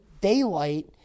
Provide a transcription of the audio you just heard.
daylight